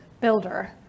builder